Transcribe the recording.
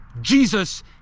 Jesus